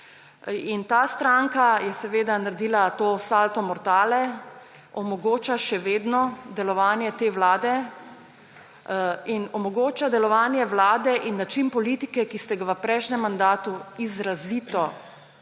ta stranka je seveda naredila salto mortale, omogoča še vedno delovanje te vlade in omogoča delovanje vlade in način politike, ki ste ga v prejšnjem mandatu izrazito zanikali,